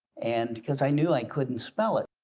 and because i knew i couldn't spell it.